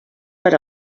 per